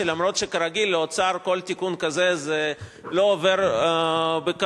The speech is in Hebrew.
שאף שכרגיל באוצר כל תיקון כזה לא עובר בקלות,